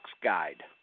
Guide